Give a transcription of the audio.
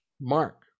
Mark